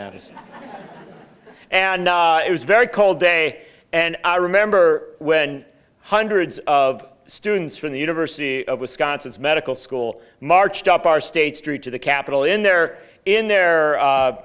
mountains and it was very cold day and i remember when hundreds of students from the university of wisconsin medical school marched up our state street to the capitol in there in the